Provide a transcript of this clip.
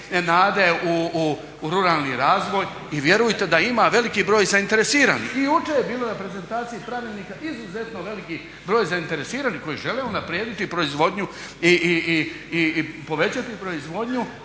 nade u ruralni razvoj. I vjerujte da ima veliki broj zainteresiranih. I jučer je bilo na prezentaciji pravilnika izuzetno veliki broj zainteresiranih koji žele unaprijediti proizvodnju i povećati proizvodnju.